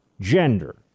gender